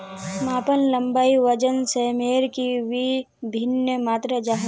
मापन लंबाई वजन सयमेर की वि भिन्न मात्र जाहा?